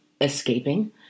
escaping